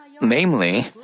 Namely